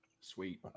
Sweet